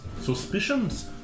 suspicions